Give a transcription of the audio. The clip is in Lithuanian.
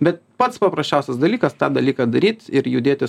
bet pats paprasčiausias dalykas tą dalyką daryt ir judėti